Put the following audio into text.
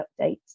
updates